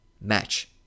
match